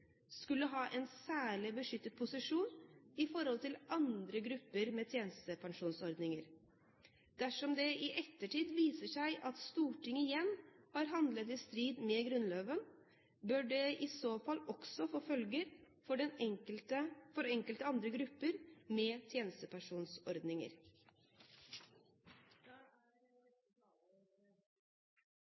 skulle ha en særlig beskyttet posisjon i forhold til andre grupper med tjenestepensjonsordninger. Dersom det i ettertid viser seg at Stortinget igjen har handlet i strid med Grunnloven, bør det i så fall også få følger for enkelte andre grupper med